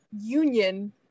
union